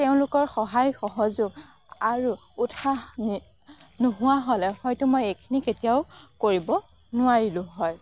তেওঁলোকৰ সহায় সহযোগ আৰু উৎসাহ নোহোৱা হ'লে হয়তো মই এইখিনি কেতিয়াও কৰিব নোৱাৰিলোঁ হয়